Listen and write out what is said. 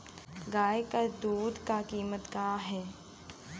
गाय क दूध क कीमत का हैं?